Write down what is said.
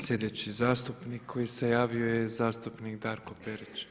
Sljedeći zastupnik koji se javio je zastupnik Darko Parić.